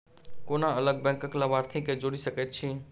कोना अलग बैंकक लाभार्थी केँ जोड़ी सकैत छी?